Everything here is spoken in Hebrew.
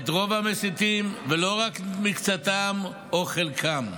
את רוב המסיתים ולא רק מקצתם או חלקם.